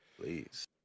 please